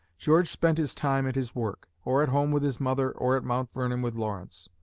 george spent his time at his work, or at home with his mother or at mount vernon with lawrence.